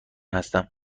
هستم